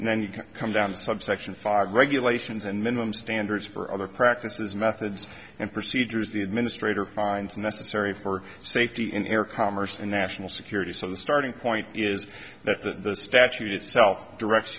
then come down subsection five regulations and minimum standards for other practices methods and procedures the administrator finds necessary for safety in air commerce and national security so the starting point is that the statute itself directs